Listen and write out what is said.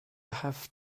have